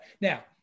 Now